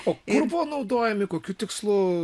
o kur buvo naudojami kokiu tikslu